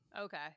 Okay